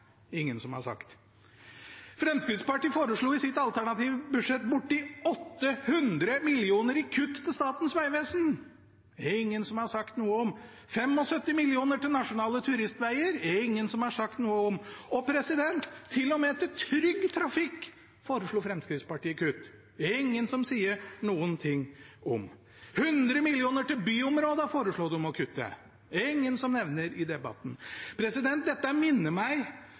ingen som har sagt. Fremskrittspartiet foreslo i sitt alternative budsjett borti 800 mill. kr i kutt til Statens vegvesen. Det er det ingen som har sagt noe om. Og 75 mill. kr til nasjonale turistveger – det er det ingen som har sagt noe om. Til og med til Trygg Trafikk foreslo Fremskrittspartiet kutt. Det er det ingen som sier noen ting om. 100 mill. kr til byområdene foreslo de å kutte. Det er det ingen som nevner i debatten. Dette